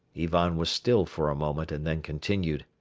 ivan was still for a moment and then continued